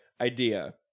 idea